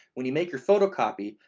when you make your photocopy,